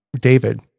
David